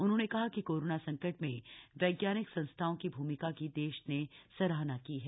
उन्होंने कहा कि कोरोना संकट में वैज्ञानिक संस्थाओं की भूमिका की देश ने सराहना की है